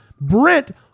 Brent